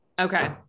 Okay